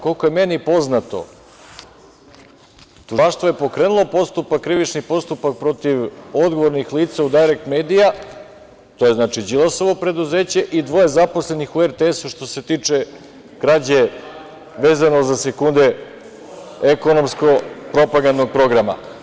Koliko je meni poznato, Tužilaštvo je pokrenulo krivični postupak protiv odgovornih lica u „Dajrekt medija“, to je, znači, Đilasovo preduzeće i dvoje zaposlenih u RTS, što se tiče krađe vezano za sekunde ekonomsko-propagandnog programa.